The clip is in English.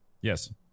yes